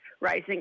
Rising